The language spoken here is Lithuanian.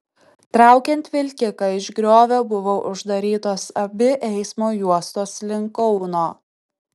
traukiant vilkiką iš griovio buvo uždarytos abi eismo juostos link kauno